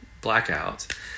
blackout